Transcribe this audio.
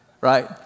right